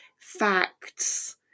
facts